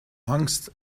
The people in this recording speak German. angst